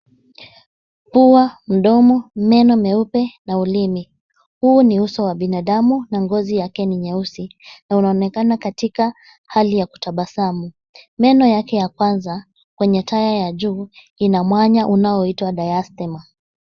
Pua, mdomo, meno meupe na ulimi. Huu ni uso wa binadamu na ngozi yake ni nyeusi na unaonekana katika hali ya kutabasamu. Meno yake ya kwanza kwenye taya ya juu ina mwanya unaoitwa diastema .